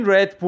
Red